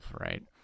right